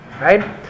right